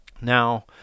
Now